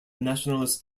nationalist